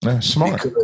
Smart